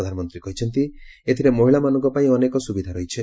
ପ୍ରଧାନମନ୍ତ୍ରୀ କହିଛନ୍ତି ଏଥିରେ ମହିଳାମାନଙ୍କ ପାଇଁ ଅନେକ ସୁବିଧା ରହିଛି